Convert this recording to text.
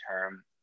term